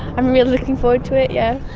i'm really looking forward to it, yeah.